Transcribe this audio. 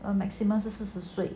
a maximum 是四十岁